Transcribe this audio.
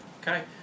Okay